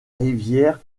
rivière